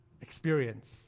experience